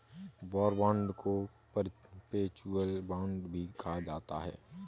war bond को perpetual bond भी कहा जाता है